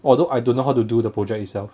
although I don't know how to do the project itself